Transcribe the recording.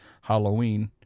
halloween